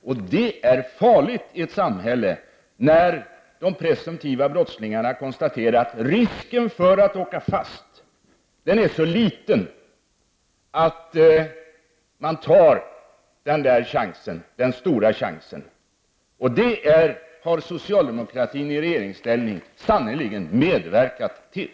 Och det är farligt i ett samhälle när presumtiva brottslingar konstaterar att risken för att åka fast är så liten att de tar den stora chansen. Och det har socialdemokraterna i regeringsställning sannerligen medverkat till.